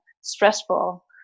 stressful